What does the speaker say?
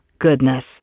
goodness